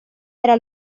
era